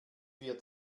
wird